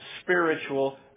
spiritual